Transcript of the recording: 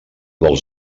dels